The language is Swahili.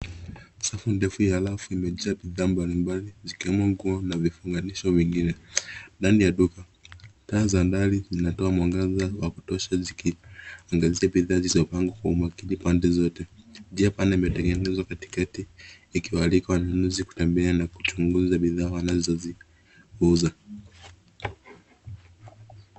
Safu ndefu ya rafu imejaa bidhaa mbalimbali, zikiwa na mwanga wa kutosha wa vifungashio vya rangi tofauti. Na juu yake, taa za ndani hutoa mwangaza wa kutosha, zikiangazia bidhaa zilizopangwa kuonekana kutoka pande zote. Zimepangwa katikati ya eneo la biashara, zikiwalika wateja kutembea na kuchunguza bidhaa wanazouza.